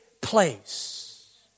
place